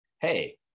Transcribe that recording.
hey